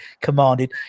commanded